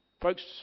Folks